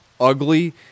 ugly